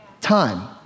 time